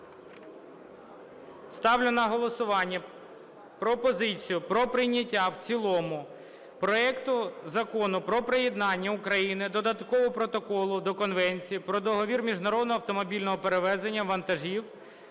Ставлю на голосування пропозицію про прийняття в цілому проекту Закону про приєднання України до Додаткового протоколу до Конвенції про договір міжнародного автомобільного перевезення вантажів